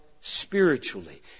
spiritually